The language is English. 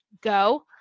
go